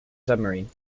submarine